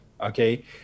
okay